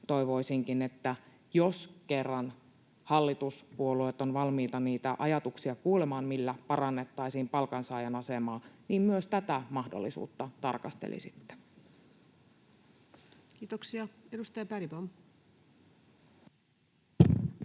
toivoisinkin, että jos kerran hallituspuolueet ovat valmiita kuulemaan niitä ajatuksia, millä parannettaisiin palkansaajan asemaa, niin myös tätä mahdollisuutta tarkastelisitte. Kiitoksia. — Edustaja Bergbom.